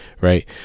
right